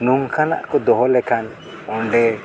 ᱱᱚᱝᱠᱟᱱᱟᱜ ᱠᱚ ᱫᱚᱦᱚ ᱞᱮᱠᱷᱟᱱ ᱚᱸᱰᱮ